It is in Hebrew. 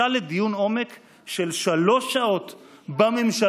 שזכתה לדיון עומק של שלוש שעות בממשלה,